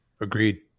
Agreed